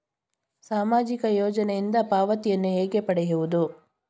ಸಾಮಾಜಿಕ ಯೋಜನೆಯಿಂದ ಪಾವತಿಯನ್ನು ಹೇಗೆ ಪಡೆಯುವುದು?